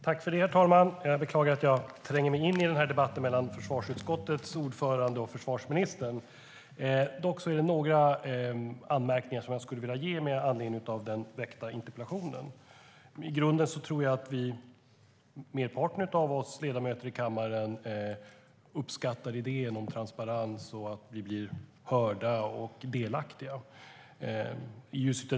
Herr talman! Jag beklagar att jag tränger mig in i den här debatten mellan försvarsutskottets ordförande och försvarsministern, men det finns några anmärkningar jag skulle vilja göra med anledning av den väckta interpellationen. I grunden tror jag att merparten av oss ledamöter i kammaren uppskattar idén om transparens och att vi blir hörda och delaktiga.